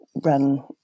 run